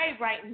right